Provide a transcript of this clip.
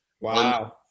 Wow